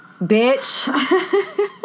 bitch